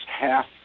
half